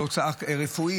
יש לו הוצאה רפואית,